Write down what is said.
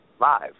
live